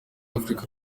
africa